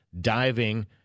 diving